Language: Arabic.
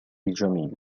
جميل